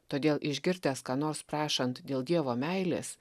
todėl išgirdęs ką nors prašant dėl dievo meilės